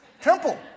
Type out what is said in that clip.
Temple